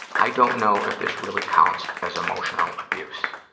i don't know if this really counts as emotional abuse.